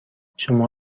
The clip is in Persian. شما